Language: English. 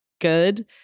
good